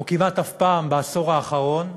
או כמעט אף פעם בעשור האחרון,